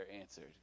answered